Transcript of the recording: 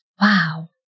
wow